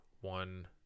one